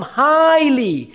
highly